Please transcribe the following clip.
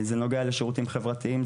זה נוגע לשירותים חברתיים,